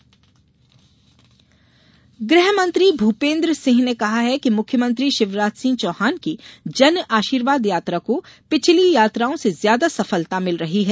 गृहमंत्री बयान गृहमंत्री भूपेन्द्र सिंह ने कहा है कि मुख्यमंत्री शिवराज सिंह चौहान की जनआशीर्वाद यात्रा को पिछली यात्राओं से ज्यादा सफलता मिल रही है